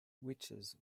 witches